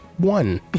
One